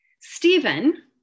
Stephen